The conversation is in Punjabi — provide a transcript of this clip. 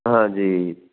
ਹਾਂਜੀ